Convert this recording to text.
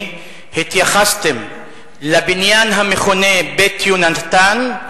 התייחסתם לבניין המכונה "בית יהונתן",